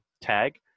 tag